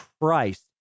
Christ